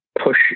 push